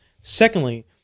Secondly